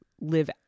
live